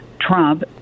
Trump